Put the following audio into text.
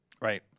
Right